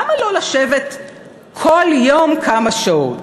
למה לא לשבת כל יום כמה שעות?